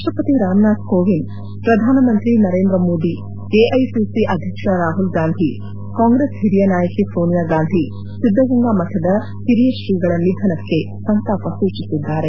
ರಾಷ್ಷಪತಿ ರಾಮನಾಥ್ ಕೋವಿಂದ್ ಪ್ರಧಾನಮಂತ್ರಿ ನರೇಂದ್ರ ಮೋದಿ ಎಐಸಿಸಿ ಅಧ್ಯಕ್ಷ ರಾಹುಲ್ ಗಾಂಧಿ ಕಾಂಗ್ರೆಸ್ ಹಿರಿಯ ನಾಯಕಿ ಸೋನಿಯಾ ಗಾಂಧಿ ಸಿದ್ದಗಂಗಾ ಮಠದ ಹಿರಿಯ ಶ್ರೀಗಳ ನಿಧನಕ್ಕೆ ಸಂತಾಪ ಸೂಚಿಸಿದ್ದಾರೆ